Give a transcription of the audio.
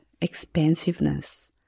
expansiveness